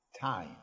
time